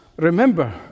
remember